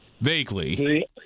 Vaguely